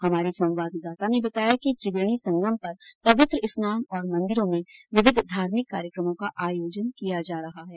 हमारे संवाददाता ने बताया कि त्रिवेणी संगम पर पवित्र स्नान और मंदिरों में विविध धार्मिक कार्यकमों का आयोजन किया जा रहा है